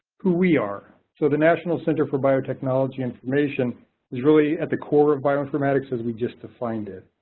who we are. so the national center for biotechnology information is really at the core of bioinformatics as we just defined it.